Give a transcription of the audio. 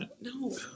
No